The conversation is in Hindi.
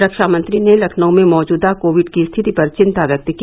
रक्षा मंत्री ने लखनऊ में मौजूदा कोविड की स्थिति पर चिंता व्यक्त की